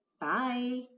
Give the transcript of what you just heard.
Bye